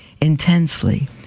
Intensely